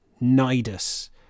nidus